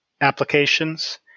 applications